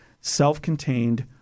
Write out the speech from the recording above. Self-contained